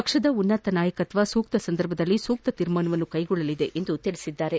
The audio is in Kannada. ಪಕ್ಷದ ಉನ್ನತ ನಾಯಕತ್ವ ಸೂಕ್ತ ಸಂದರ್ಭದಲ್ಲಿ ಸೂಕ್ತ ತೀರ್ಮಾನವನ್ನು ಕೈಗೊಳ್ಳಲಿದೆ ಎಂದು ಹೇಳಿದ್ದಾರೆ